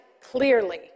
clearly